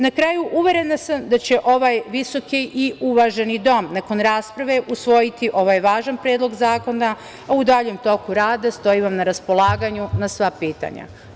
Na kraju, uverena sam da će ovaj visoki i uvaženi Dom, nakon rasprave, usvojiti ovaj važan Predlog zakona, a u daljem toku rada stojim vam na raspolaganju na sva pitanja.